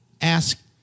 ask